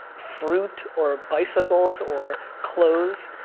fruit, or bicycles, or clothes.